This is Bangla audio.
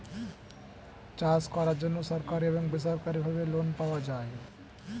চাষ করার জন্য সরকারি এবং বেসরকারিভাবে লোন পাওয়া যায়